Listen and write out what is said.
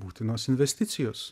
būtinos investicijos